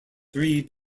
three